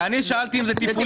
אני שאלתי אם זה תפעולי.